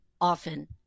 Often